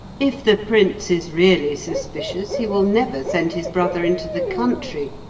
if the prince is really suspicious, he will never send his brother into the country,